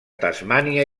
tasmània